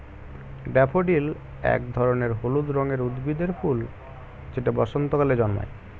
daffodil এক ধরনের হলুদ রঙের উদ্ভিদের ফুল যেটা বসন্তকালে জন্মায়